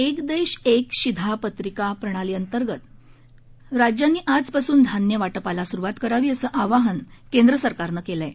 एक देश एक शिधापत्रक प्रणालीअंतर्गत राज्यांनी आजपासून धान्यवाटपाला सुरुवात करावी असं आवाहन केंद्र सरकारनं केलं आहे